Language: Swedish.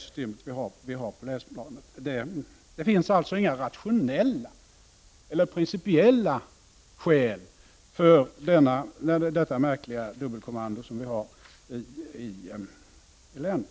Det finns således inga rationella eller principiella skäl för det märkliga dubbelkommando som finns i länen.